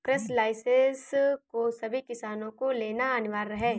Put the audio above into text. कृषि लाइसेंस को सभी किसान को लेना अनिवार्य है